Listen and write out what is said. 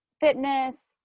fitness